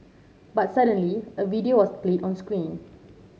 but suddenly a video was played on screen